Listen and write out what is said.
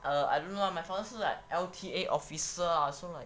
err I don't know lah my father 是 like L_T_A officer ah so like